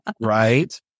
right